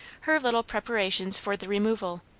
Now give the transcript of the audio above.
her little preparations for the removal,